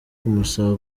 kumusaba